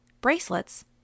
bracelets